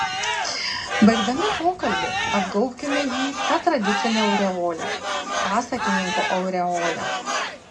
baigdami pokalbį apgaubkime jį ta tradicine aureole pasakininko aureole